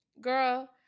girl